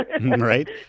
Right